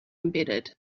embedded